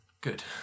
Good